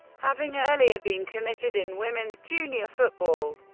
having earlier been committed in women's junior football,